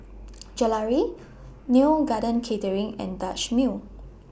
Gelare Neo Garden Catering and Dutch Mill